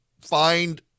find